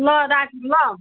ल राखेँ ल